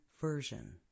version